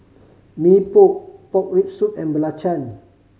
Mee Pok pork rib soup and belacan